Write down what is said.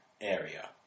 area